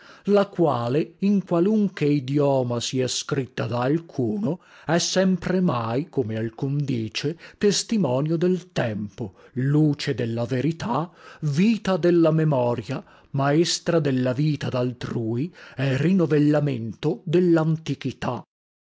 la quale in qualunche idioma sia scritta da alcuno è sempremai come alcun dice testimonio del tempo luce della verità vita della memoria maestra della vita daltrui e rinovellamento dellantichità